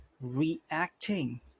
reacting